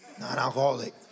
non-alcoholic